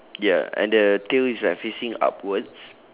ya and the tail is like facing upwards